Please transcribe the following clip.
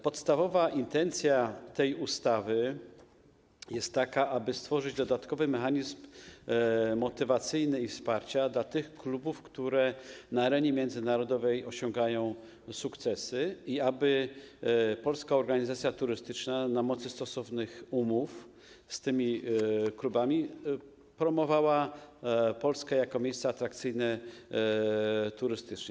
Podstawowa intencja tej ustawy jest taka, aby stworzyć dodatkowy mechanizm motywacyjny i wsparcia dla tych klubów, które na arenie międzynarodowej osiągają sukcesy, i aby Polska Organizacja Turystyczna na mocy stosownych umów z tymi klubami promowała Polskę jako miejsce atrakcyjne turystycznie.